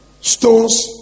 stones